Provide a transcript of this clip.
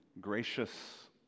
gracious